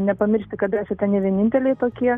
nepamiršti kad esate ne vieninteliai tokie